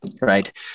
right